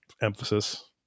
emphasis